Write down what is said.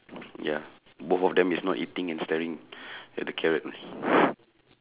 ya both of them is not eating and staring at the carrot only